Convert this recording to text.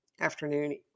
afternoon